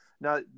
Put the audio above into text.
Now